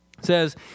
says